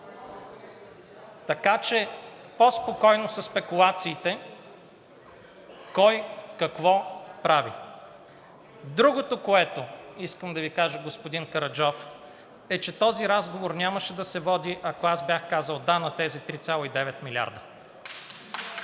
Така че по-спокойно със спекулациите кой какво прави. Другото, което искам да Ви кажа, господин Караджов, е, че този разговор нямаше да се води, ако бях казал да на тези 3,9 милиарда.